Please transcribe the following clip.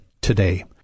today